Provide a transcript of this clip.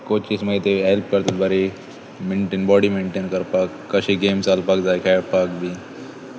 coaches मागीर ते help करता बरी मेन्टेन बॉडी मेन्टेन करपाक कशे गेम्स चलपाक जाय खेळपाक बी